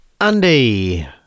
andy